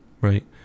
right